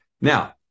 now